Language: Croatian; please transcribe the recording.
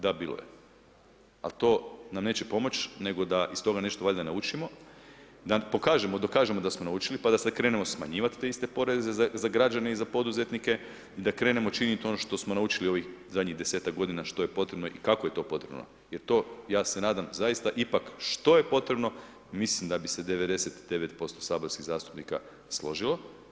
Da, bilo je, ali to nam neće pomoći nego da iz toga valjda nešto naučimo i da pokažemo i dokažemo da smo naučili pa da sad krenemo smanjivat te iste poreze za građane i za poduzetnike i da krenemo učiniti ono što smo naučili u ovih zadnjih desetak godina što je potrebno i kako je to potrebno jer to ja se nadam zaista ipak što je potrebno mislim da bi se 99% saborskih zastupnika složilo.